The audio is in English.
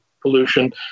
pollution